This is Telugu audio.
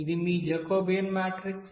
ఇది మీ జాకోబియన్ మాట్రిక్